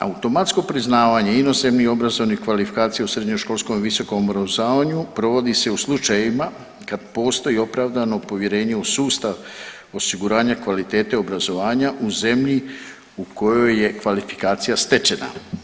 Automatsko priznavanje inozemnih obrazovnih kvalifikacija u srednjoškolskom i visokom obrazovanju provodi se i u slučajevima kad postoji opravdano povjerenje u sustav osiguranja kvalitete obrazovanja u zemlji u kojoj je kvalifikacija stečena.